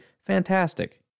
fantastic